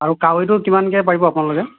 আৰু কাৱৈটো কিমানকৈ পাৰিব আপোনালোকে